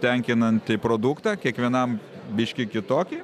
tenkinantį produktą kiekvienam biški kitokį